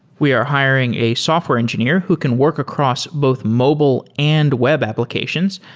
we are hiring a software engineer who can work across both mobile and web applications.